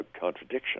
contradiction